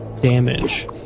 damage